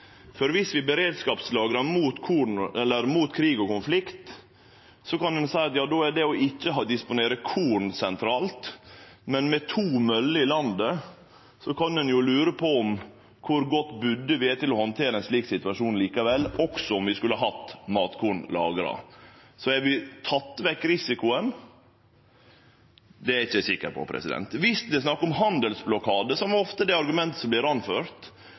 krig og konflikt, kan ein seie at det å ikkje disponere korn er sentralt, men med to møller i landet kan ein jo lure på kor budde vi er til å handtere ein slik situasjon likevel, også om vi hadde hatt matkorn lagra. Har vi teke vekk risikoen? Det er eg ikkje sikker på. Viss det er snakk om handelsblokade, som ofte er det argumentet som